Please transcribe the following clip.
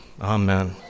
Amen